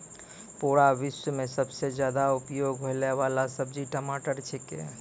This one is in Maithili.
पूरा विश्व मॅ सबसॅ ज्यादा उपयोग होयवाला सब्जी टमाटर छेकै